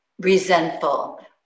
resentful